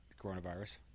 coronavirus